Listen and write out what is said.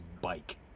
bike